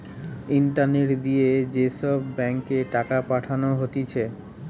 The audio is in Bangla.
ইন্টারনেট দিয়ে যে সব ব্যাঙ্ক এ টাকা পাঠানো হতিছে